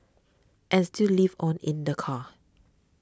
and still live on in the car